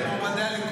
איזו ועדה?